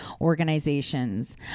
organizations